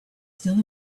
still